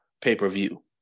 pay-per-view